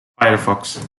firefox